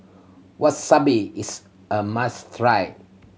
wasabi is a must try